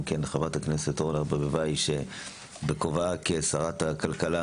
גם חברת הכנסת אורנה ברביבאי בכובעה כשרת הכלכלה